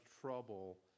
trouble